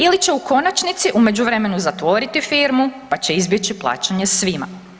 Ili će u konačnici u međuvremenu zatvoriti firmu pa će izbjeći plaćanje svima.